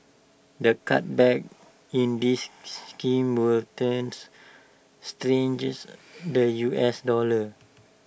the cutback in this scheme will thus strengthens the U S dollar